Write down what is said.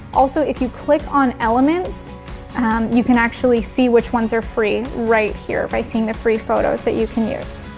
also, if you click on elements um you can actually see which ones are free right here, by seeing the free photos that you can use.